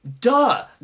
duh